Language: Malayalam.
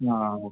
ആ ഓക്കെ